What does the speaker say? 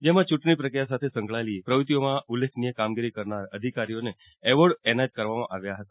જેમાં ચૂંટણી પ્રક્રિયા સાથે સંકળાયેલી પ્રવ્રત્તિઓમાં ઉલ્લેખનીય કામગીરી કરનાર અધિકારીઓને એવોર્ડ એનાયત કરવામાં આવ્યા હતા